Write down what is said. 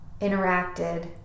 interacted